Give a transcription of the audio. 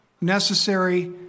necessary